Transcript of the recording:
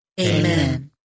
Amen